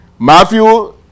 Matthew